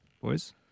boys